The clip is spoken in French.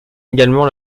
également